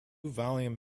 volume